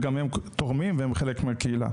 וגם הם תורמים והם חלק מהקהילה.